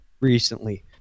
recently